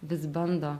vis bando